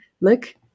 look